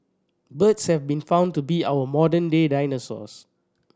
birds have been found to be our modern day dinosaurs